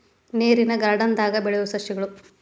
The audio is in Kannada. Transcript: ನೇರಿನ ಗಾರ್ಡನ್ ದಾಗ ಬೆಳಿಯು ಸಸ್ಯಗಳು